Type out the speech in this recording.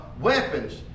weapons